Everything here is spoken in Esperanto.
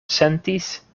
sentis